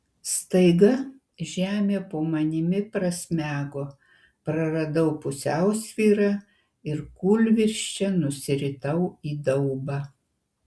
staiga žemė po manimi prasmego praradau pusiausvyrą ir kūlvirsčia nusiritau į daubą